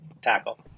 Tackle